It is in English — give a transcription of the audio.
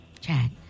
Chad